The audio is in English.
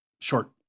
short